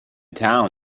town